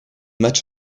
matchs